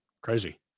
Crazy